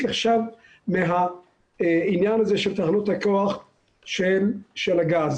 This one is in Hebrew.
עכשיו את העניין הזה של תחנות הכוח של הגז.